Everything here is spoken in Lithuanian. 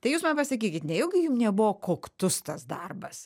tai jūs man pasakykit nejaugi jum nebuvo koktus tas darbas